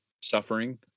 suffering